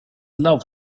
love